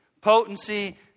potency